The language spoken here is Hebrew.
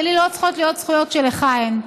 ולי לא צריכות להיות זכויות שלך אין.